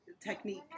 technique